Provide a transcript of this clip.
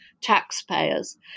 taxpayers